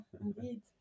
indeed